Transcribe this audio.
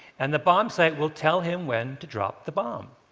and the bombsight will tell him when to drop the bomb.